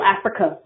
Africa